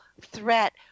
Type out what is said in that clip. threat